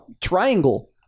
triangle